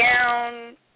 down